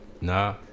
Nah